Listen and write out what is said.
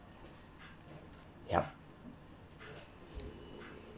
yup